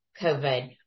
COVID